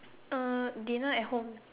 uh dinner at home